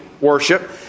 worship